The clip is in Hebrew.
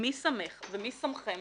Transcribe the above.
מי שמך ומי שמכם